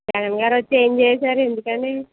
జగన్ గారు వచ్చి ఏమి చేశారు ఎందుకని